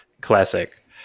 classic